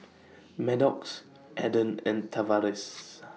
Maddox Adan and Tavares